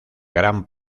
gran